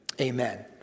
amen